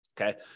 Okay